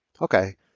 Okay